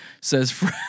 says